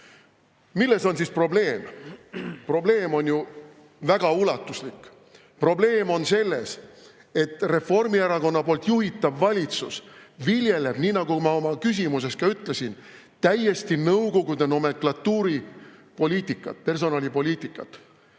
Milles on siis probleem? Probleem on väga ulatuslik. Probleem on selles, et Reformierakonna juhitav valitsus viljeleb, nii nagu ma oma küsimuses ka ütlesin, täiesti Nõukogude nomenklatuuri personalipoliitikat,